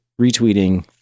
Retweeting